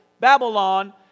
Babylon